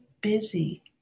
busy